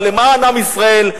אבל למען עם ישראל,